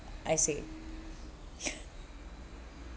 I see